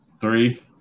Three